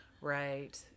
Right